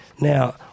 Now